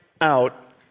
out